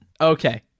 Okay